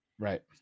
Right